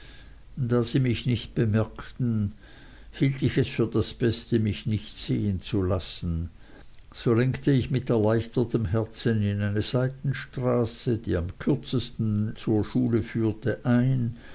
da sie mich nicht bemerkten hielt ich es für das beste mich nicht sehen zu lassen so lenkte ich mit erleichtertem herzen in eine seitenstraße die am kürzesten zur schule führte ein